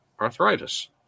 arthritis